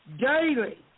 daily